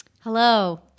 Hello